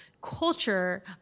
culture